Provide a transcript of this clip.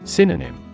Synonym